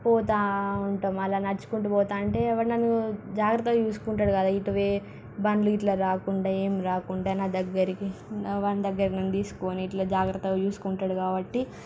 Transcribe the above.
పోతూ ఉంటాము అలా నడుచుకుంటూ పోతుంటే వాడు నన్ను జాగ్రత్తగా చూసుకుంటాడు కదా ఇటు వే బండ్లు ఇట్లా రాకుండా ఏం రాకుండా నా దగ్గరికి వాని దగ్గర నన్ను తీసుకొని ఇట్లా జాగ్రత్తగా చూసుకుంటాడు కాబట్టి